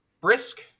brisk